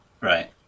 Right